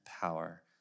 power